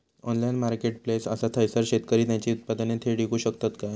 Online marketplace असा थयसर शेतकरी त्यांची उत्पादने थेट इकू शकतत काय?